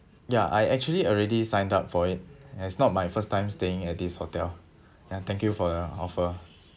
ya I actually already signed up for it it's not my first time staying at this hotel ya thank you for your offer